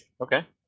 Okay